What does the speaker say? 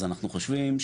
אז אנחנו חושבים,